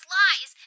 lies